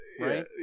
right